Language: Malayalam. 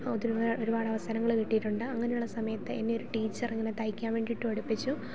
പൊതുവേ ഒരുപാട് അവസരങ്ങൾ കിട്ടിയിട്ടുണ്ട് അങ്ങനെയുള്ള സമയത്ത് എന്നേ ഒരു ടീച്ചർ ഇങ്ങനെ തയ്ക്കാൻ വേണ്ടിയിട്ട് പഠിപ്പിച്ചു